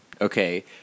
Okay